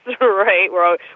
right